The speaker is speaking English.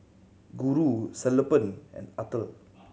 Guru Sellapan and Atal